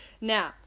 Now